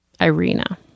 Irina